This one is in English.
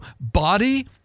body